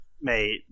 mate